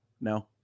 No